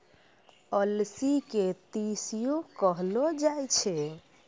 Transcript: अलसी के तीसियो कहलो जाय छै